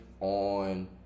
on